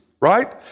right